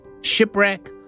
Shipwreck